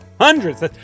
hundreds